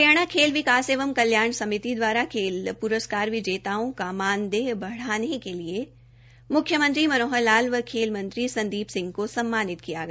हरियाणा खेल विकास एवं कल्याण समिति द्वारा खेल प्रस्कार विजेताओं का मानदेय बढ़ाने के लिए मुख्यमंत्री मनोहर लाल व खेल मंत्री संदीप सिंह को सम्मानित किया गया